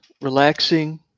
relaxing